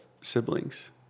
siblings